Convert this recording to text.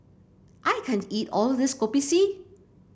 I can't eat all of this Kopi C